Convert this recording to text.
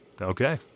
Okay